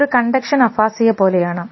ഇതൊരു conduction aphasia പോലെയാണ്